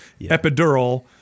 Epidural